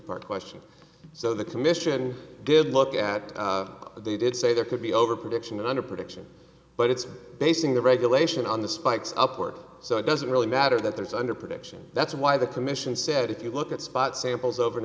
part question so the commission did look at what they did say there could be overproduction underproduction but it's basing the regulation on the spikes upward so it doesn't really matter that there's under protection that's why the commission said if you look at spot samples over an